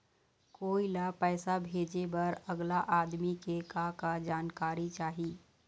कोई ला पैसा भेजे बर अगला आदमी के का का जानकारी चाही?